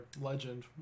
legend